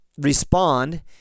respond